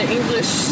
English